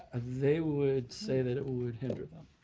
ah they would say that it would hinder them.